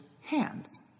hands